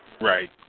Right